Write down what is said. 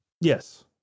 yes